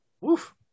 Woof